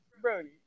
Brody